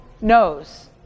knows